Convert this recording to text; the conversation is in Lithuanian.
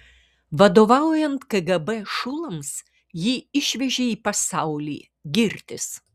vadovaujant kgb šulams jį išvežė į pasaulį girtis